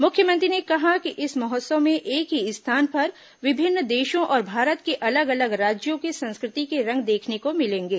मुख्यमंत्री ने कहा कि इस महोत्सव में एक ही स्थान पर विभिन्न देशों और भारत के अलग अलग राज्यों की संस्कृति के रंग देखने को मिलेंगे